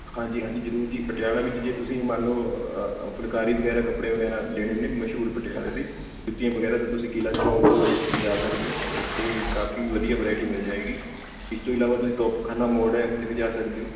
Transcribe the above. ਹਾਂਜੀ ਹਾਂਜੀ ਜ਼ਰੂਰ ਜੀ ਪਟਿਆਲਾ ਵਿੱਚ ਜੇ ਤੁਸੀਂ ਮੰਨ ਲਓ ਫੁਲਕਾਰੀ ਵਗੈਰਾ ਕੱਪੜੇ ਵਗੈਰਾ ਲੈਣੇ ਨੇ ਮਸ਼ਹੂਰ ਪਟਿਆਲੇ ਦੇ ਜੁੱਤੀਆਂ ਵਗੈਰਾ ਤਾਂ ਤੁਸੀਂ ਕਿਲ੍ਹਾ ਚੌਂਕ ਜਾ ਸਕਦੇ ਹੋ ਉੱਥੇ ਕਾਫੀ ਵਧੀਆ ਵਰਾਇਟੀ ਮਿਲ ਜਾਏਗੀ ਇਸ ਤੋਂ ਇਲਾਵਾ ਤੁਸੀਂ ਤੋਪਖਾਨਾ ਮੋੜ ਹੈ ਉੱਥੇ ਵੀ ਜਾ ਸਕਦੇ ਹੋ